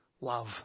love